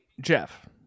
Jeff